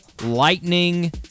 lightning